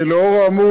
לאור האמור,